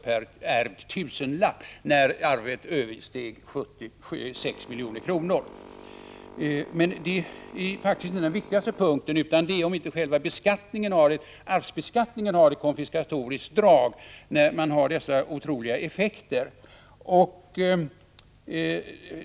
per ärvd tusenlapp när arvet översteg 6 milj.kr. Men det är faktiskt inte den viktigaste punkten i det här sammanhanget, utan det är om inte själva arvsbeskattningen har ett konfiskatoriskt drag när man får dessa otroliga effekter.